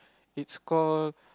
it's call